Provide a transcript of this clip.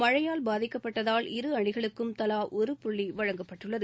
மழையால் பாதிக்கப்பட்டதால் இரு அணிகளுக்கும் தலா ஒரு புள்ளி வழங்கப்பட்டுள்ளது